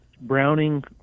browning